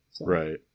Right